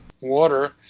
water